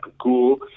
cool